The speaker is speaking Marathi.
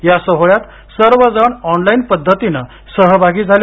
या सोहळ्यात सर्वजण ऑनलाईन पदधतीनं सहभागी झाले